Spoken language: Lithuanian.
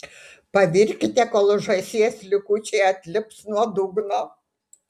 pavirkite kol žąsies likučiai atlips nuo dugno